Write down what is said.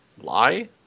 lie